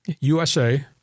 USA